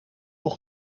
nog